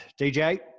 DJ